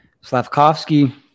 Slavkovsky